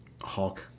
Hulk